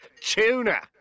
tuna